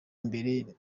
imbere